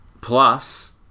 Plus